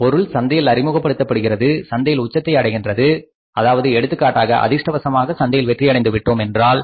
பொருள் சந்தையில் அறிமுகப்படுத்தப்படுகிறது சந்தையில் உச்சத்தை அடைகின்றது அதாவது எடுத்துக்காட்டாக அதிர்ஷ்டவசமாக சந்தையில் வெற்றியடைந்துவிட்டோமென்றால்